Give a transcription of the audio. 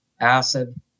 Acid